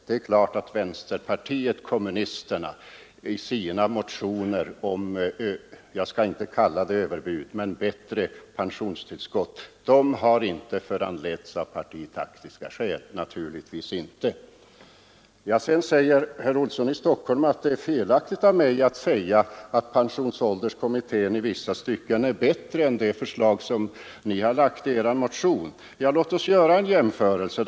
Det är klart att vänsterpartiet kommunisterna i sina motioner om bättre pensionstillskott — jag skall inte kalla det överbud — inte har handlat av partitaktiska skäl! Naturligtvis inte. Herr Olsson i Stockholm säger att det är fel av mig att påstå att pensionsålderskommitténs förslag i vissa stycken är bättre än vad vänsterpartiet kommunisterna föreslagit i sin motion. Låt oss göra en jämförelse.